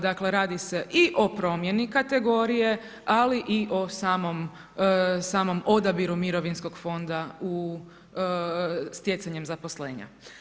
Dakle, radi se i o promjeni kategoriji, ali i o samom odabiru mirovinskog fonda stjecanjem zaposlenja.